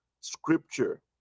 Scripture